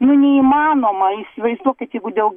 ne neįmanoma įsivaizduokite jeigu dėl